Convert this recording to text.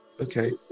Okay